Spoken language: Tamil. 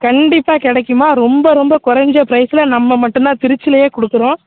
கண்டிப்பாக கிடைக்கும்மா ரொம்ப ரொம்ப கொறைஞ்ச ப்ரைஸில் நம்ம மட்டும் தான் திருச்சியிலேயே கொடுக்குறோம்